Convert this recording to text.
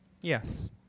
Yes